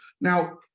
Now